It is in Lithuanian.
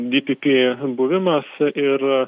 di pi pi buvimas ir